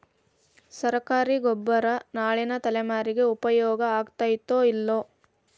ಸರ್ಕಾರಿ ಗೊಬ್ಬರ ನಾಳಿನ ತಲೆಮಾರಿಗೆ ಉಪಯೋಗ ಆಗತೈತೋ, ಇಲ್ಲೋ?